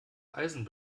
eisen